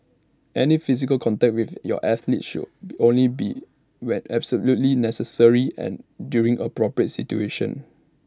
any physical contact with your athletes should only be when absolutely necessary and during appropriate situations